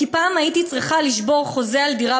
כי פעם הייתי צריכה לשבור חוזה על דירה